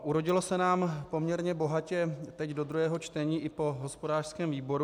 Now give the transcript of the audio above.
Urodilo se nám poměrně bohatě teď do druhého čtení i po hospodářském výboru.